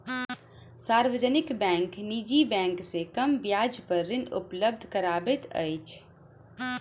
सार्वजनिक बैंक निजी बैंक से कम ब्याज पर ऋण उपलब्ध करबैत अछि